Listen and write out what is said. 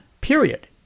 period